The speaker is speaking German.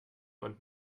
und